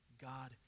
God